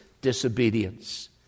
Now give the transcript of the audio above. disobedience